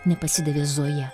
nepasidavė zoja